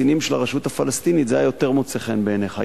קצינים של הרשות הפלסטינית זה היה יותר מוצא חן בעיניך.